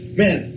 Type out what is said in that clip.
man